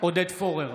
עודד פורר,